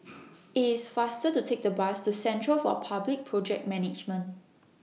IT IS faster to Take The Bus to Centre For Public Project Management